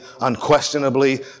unquestionably